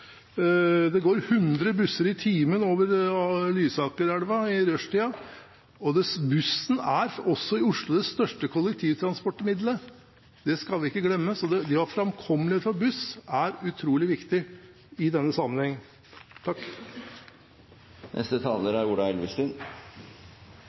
Det går 100 busser i timen over Lysakerelven i rushtiden, og bussen er også i Oslo det største kollektivtransportmiddelet – det skal vi ikke glemme. Så det å ha framkommelighet for buss er utrolig viktig i denne